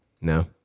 No